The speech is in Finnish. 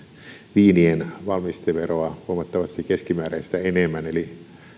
viinien valmisteveroa huomattavasti keskimääräistä enemmän eli